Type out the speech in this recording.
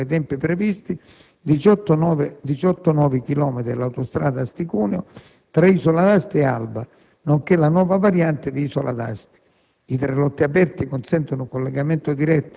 Ciò ha consentito, come detto, di aprire al traffico, nei tempi previsti, 18 nuovi chilometri dell'autostrada Asti-Cuneo, tra Isola d'Asti e Alba, nonché la nuova variante di Isola d'Asti.